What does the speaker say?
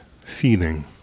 feeling